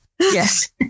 Yes